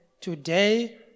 today